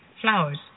Flowers